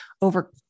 over